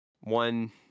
one